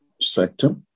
sector